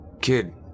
Kid